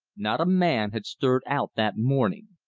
not a man had stirred out that morning.